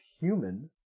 human